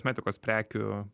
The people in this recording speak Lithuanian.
kosmetikos prekių